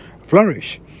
flourish